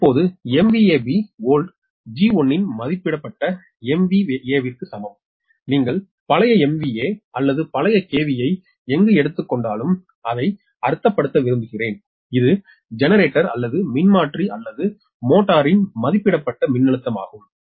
இப்போது Bold G1 இன் மதிப்பிடப்பட்ட MVA க்கு சமம் நீங்கள் பழைய MVA அல்லது பழைய KVயை எங்கு எடுத்துக் கொண்டாலும் அதை அர்த்தப்படுத்த விரும்புகிறேன் இது ஜெனரேட்டர் அல்லது மின்மாற்றி அல்லது மோட்டரின் மதிப்பிடப்பட்ட மின்னழுத்தமாகும்